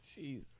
Jeez